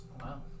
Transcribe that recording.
Wow